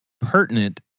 pertinent